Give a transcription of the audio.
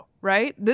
right